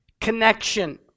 connection